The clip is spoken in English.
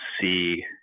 see